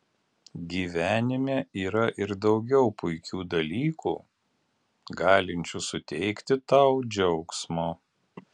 gyvenime yra ir daugiau puikių dalykų galinčių suteikti tau džiaugsmo